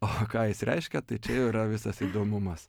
o ką jis reiškia tai čia jau yra visas įdomumas